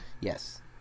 Yes